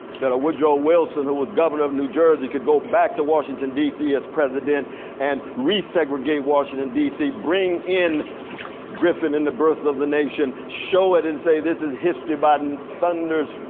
that a woodrow wilson who was governor of new jersey, could go back to washington dc as president and re-segregate washington dc, bring in griffin and the birth of the nation, show it, and say this is history by but and thunders,